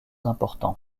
importants